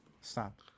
Stop